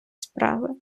справи